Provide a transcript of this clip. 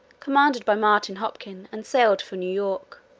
commanded by martin hopkin, and sailed for new-york.